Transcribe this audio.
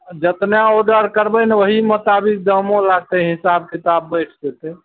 अऽ जेतना ऑर्डर करबय ने ओही मोताबिक दामो लागतय हिसाब किताब बैठ जेतय